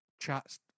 chats